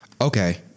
Okay